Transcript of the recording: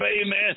Amen